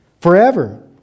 Forever